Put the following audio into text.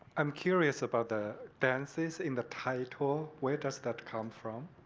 i'm curious about the dances in the title. where does that come from?